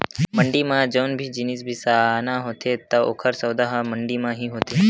मंड़ी म जउन भी जिनिस बिसाना होथे त ओकर सौदा ह मंडी म ही होथे